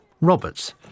Roberts